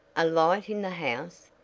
a light in the house?